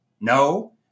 no